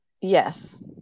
Yes